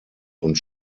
und